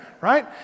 right